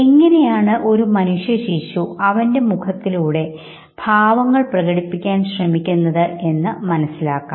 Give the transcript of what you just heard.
എങ്ങനെയാണ് ഒരു മനുഷ്യശിശു അവൻറെ മുഖത്തിലൂടെ ഭാവങ്ങൾ പ്രകടിപ്പിക്കാൻ ശ്രമിക്കുന്നത് എന്ന് മനസ്സിലാക്കാം